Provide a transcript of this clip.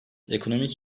ekonomik